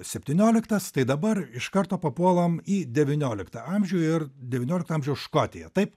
septynioliktas tai dabar iš karto papuolam į devynioliktą amžių ir devyniolikto amžiaus škotija taip